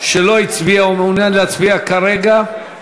שלא הצביע ומעוניין להצביע כרגע?